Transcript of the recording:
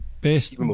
Best